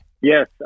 Yes